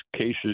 cases